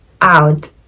out